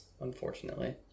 Unfortunately